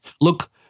Look